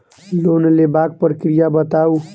Loan लेबाक प्रक्रिया बताऊ?